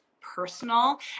personal